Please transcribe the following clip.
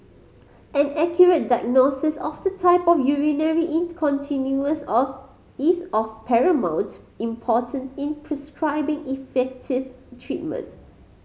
an accurate diagnosis of the type of urinary incontinence of is of paramount importance in prescribing effective treatment